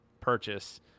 purchase